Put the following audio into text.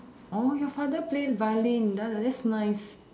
oh your father plays violin that's nice